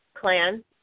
clan